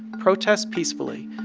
protest peacefully.